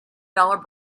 dollar